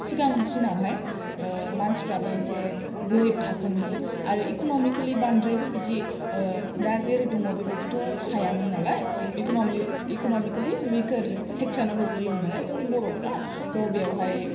सिगांसिनावहाय मानसिफ्राबो एसे गोरिब थाखोनि आरो इक'नमिकेलि बांद्रायबो बिदि दा जेरै दङ बेबायदिथ' हायामोन नालाय इकनमिकेलि उइकार सेक्सनाव गोलैयोमोन आरो नालाय जोंनि बर'फ्रा थ' बेवहाय